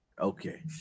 Okay